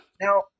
Now